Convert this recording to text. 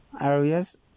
areas